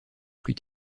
plus